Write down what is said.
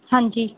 ਹਾਂਜੀ